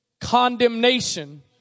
condemnation